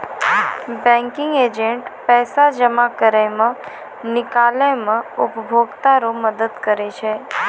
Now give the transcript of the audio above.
banking agent पैसा जमा करै मे, निकालै मे उपभोकता रो मदद करै छै